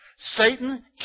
Satan